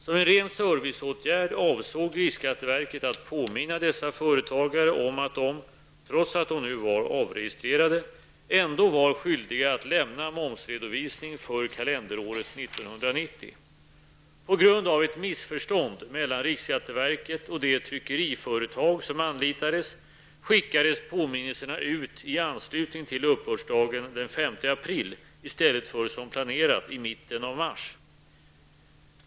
Som en ren serviceåtgärd avsåg riksskatteverket att påminna dessa företagare om att de -- trots att de nu var avregistrerade -- ändå var skyldiga att lämna momsredovisning för kalenderåret 1990. På grund av ett missförstånd mellan riksskatteverket och det tryckeriföretag som anlitades, skickades påminnelserna ut i anslutning till uppbördsdagen den 5 april, i stället för som planerat i mitten av mars.